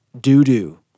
doo-doo